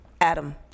adam